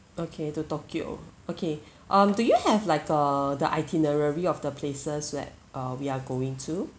okay to tokyo okay um do you have like err the itinerary of the places where uh we are going to